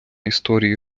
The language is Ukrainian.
історії